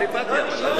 לא, אני שואל.